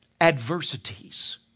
adversities